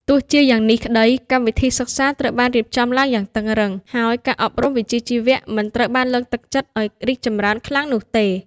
ទោះជាយ៉ាងនេះក្តី កម្មវិធីសិក្សាត្រូវបានរៀបចំឡើងយ៉ាងតឹងរ៉ឹង ហើយការអប់រំវិជ្ជាជីវៈមិនត្រូវបានលើកទឹកចិត្តឱ្យរីកចម្រើនខ្លាំងនោះទេ។